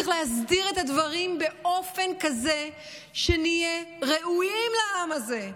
צריך להסדיר את הדברים באופן כזה שנהיה ראויים לעם הזה,